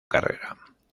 carrera